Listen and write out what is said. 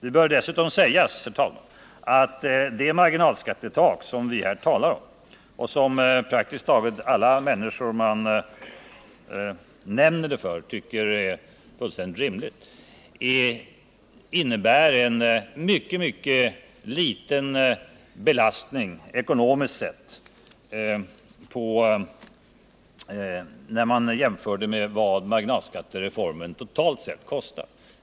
Det bör dessutom sägas, herr talman, att det marginalskattetak som vi talar om, och som praktiskt taget alla människor man nämner det för tycker är fullständigt rimligt, ekonomiskt sett innebär en obetydlig belastning jämfört med vad marginalskattereformen totalt kostar.